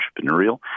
entrepreneurial